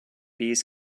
bees